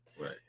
right